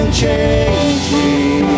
changing